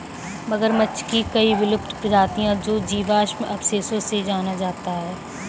मगरमच्छ की कई विलुप्त प्रजातियों को जीवाश्म अवशेषों से जाना जाता है